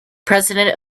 president